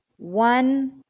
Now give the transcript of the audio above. one